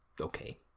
okay